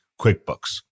QuickBooks